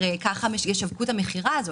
כך ישווקו את המכירה הזאת.